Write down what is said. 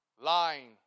Lying